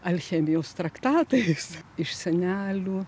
alchemijos traktatais iš senelių